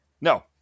no